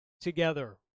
together